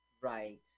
Right